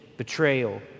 Betrayal